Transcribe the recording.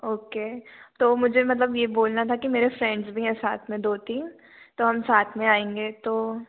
okay तो मुझे मतलब यह बोलना था कि मेरे फ्रेंड्स भी हैं साथ में दो तीन तो हम साथ में आएँगे तो